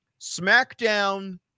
SmackDown